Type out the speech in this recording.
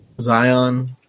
Zion